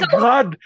god